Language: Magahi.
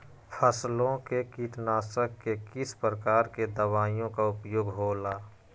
फसलों के कीटनाशक के किस प्रकार के दवाइयों का उपयोग हो ला?